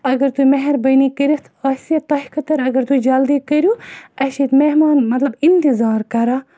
اگر تُہۍ مہربٲنی کٔرِتھ آسہِ تۄہہِ خٲطر اگر تُہۍ جَلدی کٔرِو اَسہِ چھِ ییٚتہِ مہمان مَطلَب اِنتِطار کَران